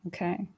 Okay